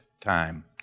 time